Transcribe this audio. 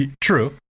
true